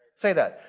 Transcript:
say that,